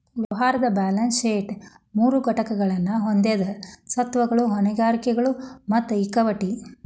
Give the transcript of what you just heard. ವ್ಯವಹಾರದ್ balance sheet ಮೂರು ಘಟಕಗಳನ್ನ ಹೊಂದೆದ ಸ್ವತ್ತುಗಳು, ಹೊಣೆಗಾರಿಕೆಗಳು ಮತ್ತ ಇಕ್ವಿಟಿ